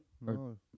no